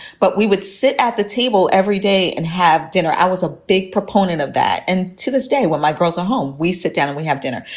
but we would sit at the table every day and have dinner. i was a big proponent of that. and to this day when my girls are home, we sit down and we have dinner.